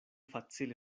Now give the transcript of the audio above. facile